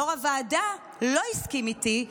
יו"ר הוועדה לא הסכים איתי,